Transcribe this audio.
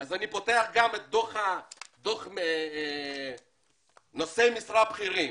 אז אני פותח גם את דוח נשואי משרה בכירים